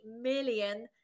million